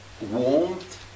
warmth